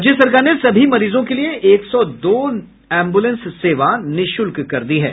राज्य सरकार ने सभी मरीजों के लिए एक सौ दो एम्बुलेंस सेवा निःशुल्क कर दिया है